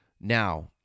Now